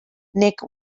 nick